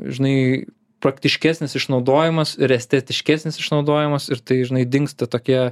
žinai praktiškesnis išnaudojimas ir estetiškesnis išnaudojimas ir tai žinai dingsta tokie